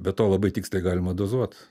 be to labai tiksliai galima dozuot